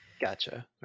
Gotcha